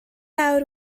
awr